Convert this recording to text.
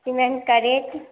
cement का rate